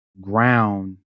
ground